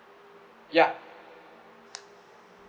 yup